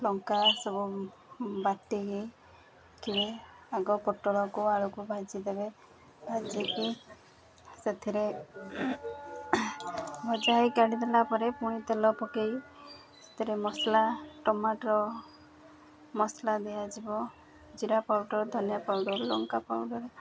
ଲଙ୍କା ସବୁ ବାଟିକି ରଖିବେ ଆଗ ପୋଟଳକୁ ଆଳୁକୁ ଭାଜିଦେବେ ଭାଜିକି ସେଥିରେ ଭଜା ହେଇ କାଢ଼ିଦେଲା ପରେ ପୁଣି ତେଲ ପକେଇ ସେଥିରେ ମସଲା ଟମାଟର ମସଲା ଦିଆଯିବ ଜିରା ପାଉଡ଼ର ଧନିଆ ପାଉଡ଼ର ଲଙ୍କା ପାଉଡ଼ର